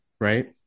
right